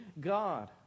God